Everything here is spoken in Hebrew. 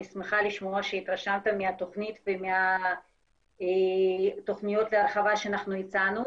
אני שמחה לשמוע שהתרשמת מהתוכנית ומהתוכניות להרחבה שאנחנו הצענו.